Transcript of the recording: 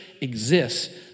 exists